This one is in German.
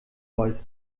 voice